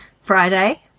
friday